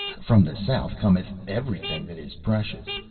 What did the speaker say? from the south cometh everything that is precious.